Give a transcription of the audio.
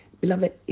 beloved